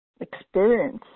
experience